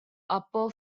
upper